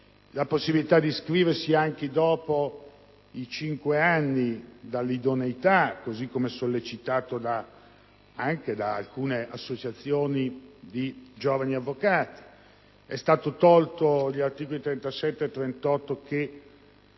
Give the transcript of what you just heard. alla possibilità di iscriversi anche dopo i cinque anni dall'idoneità, così come sollecitato anche da alcune associazioni di giovani avvocati. Inoltre, rispetto